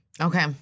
Okay